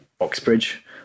Oxbridge